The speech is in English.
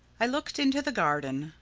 i looked into the garden.